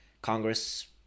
Congress